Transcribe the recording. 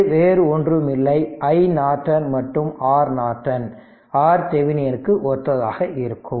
அது வேறொன்றுமில்லை iNorton மற்றும் Rநார்டன் Rதெவெனின்க்கு ஒத்ததாக உள்ளது